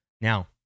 Now